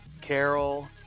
Carol